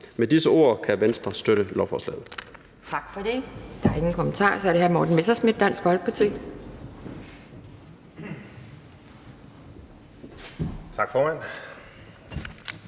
Med disse ord kan Venstre støtte lovforslaget.